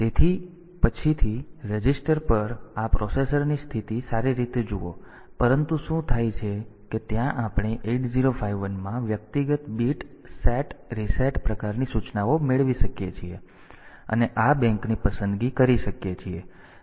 તેથી પછીથી રજીસ્ટર પર આ પ્રોસેસરની સ્થિતિ સારી રીતે જુઓ પરંતુ શું થાય છે કે ત્યાં આપણે 8051 માં વ્યક્તિગત બીટ સેટ રીસેટ પ્રકારની સૂચનાઓ મેળવી શકીએ છીએ અને આ બેંકની પસંદગી કરી શકીએ છીએ